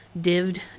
dived